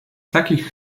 takich